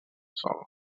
sol